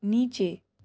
નીચે